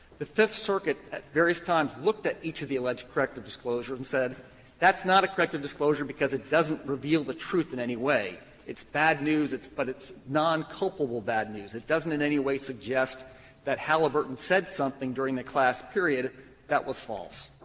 the fifth circuit, at various times, looked at each of the alleged corrective disclosures and said that's not a corrective disclosure because it doesn't reveal the truth in any way it's bad news, but it's non-culpable bad news. it doesn't in any way suggest that halliburton said something during the class period that was false.